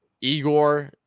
Igor